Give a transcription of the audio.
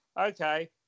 okay